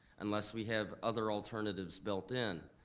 unless we have other alternatives built in.